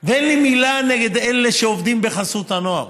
ואין לי מילה נגד אלה שעובדים בחסות הנוער,